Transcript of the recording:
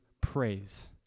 praise